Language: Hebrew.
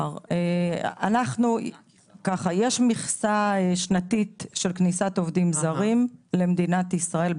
יש מכסה שנתית לכניסת עובדים זרים בענף הסיעוד למדינת ישראל,